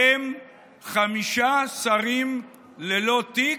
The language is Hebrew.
ובהם חמישה שרים ללא תיק,